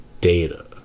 data